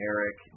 Eric